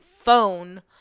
phone